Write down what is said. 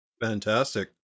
Fantastic